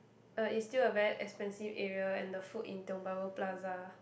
uh it's still a very expensive area and the food in Tiong-Bahru-Plaza